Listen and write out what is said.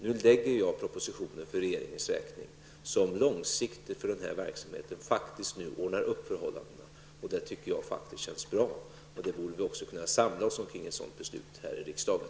Nu lägger jag fram en proposition för regeringens räkning som långsiktigt för denna verksamhet faktiskt ordnar upp förhållandena. Det tycker jag faktiskt känns bra. Vi borde kunna samla oss omkring ett sådant beslut här i riksdagen.